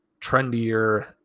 trendier